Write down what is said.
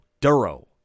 Duro